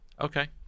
Okay